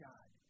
God